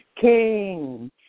king